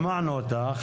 שמענו אותך.